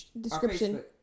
Description